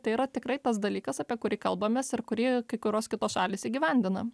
tai yra tikrai tas dalykas apie kurį kalbamės ir kurį kai kurios kitos šalys įgyvendina